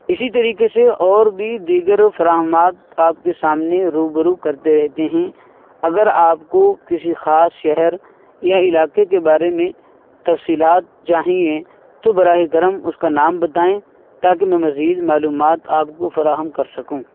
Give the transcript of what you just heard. اسی طریقے سے اور بھی دیگر فراہمات آپ کے سامنے روبرو کرتے رہتے ہیں اگر آپ کو کسی خاص شہر یا علاقے کے بارے میں تفصیلات چاہییں تو براہِ کرم اس کا نام بتائیں تاکہ میں مزید معلومات آپ کو فراہم کر سکوں